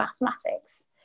mathematics